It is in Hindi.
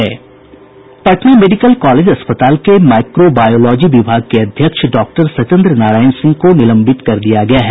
पटना मेडिकल कॉलेज अस्पताल के माइक्रोबायोलॉजी विभाग के अध्यक्ष डॉक्टर सत्येन्द्र नारायण सिंह को निलंबित कर दिया गया है